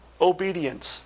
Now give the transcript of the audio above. obedience